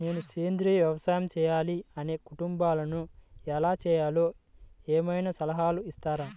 నేను సేంద్రియ వ్యవసాయం చేయాలి అని అనుకుంటున్నాను, ఎలా చేయాలో ఏమయినా సలహాలు ఇస్తారా?